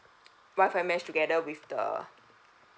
wifi mesh together with the